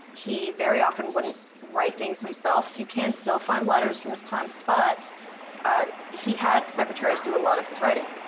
he very often wouldn't write things himself. you can still find letters from his time, but he had secretaries do a lot of his writing.